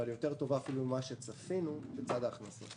אבל טובה יותר אפילו ממה שצפינו בצד ההכנסות.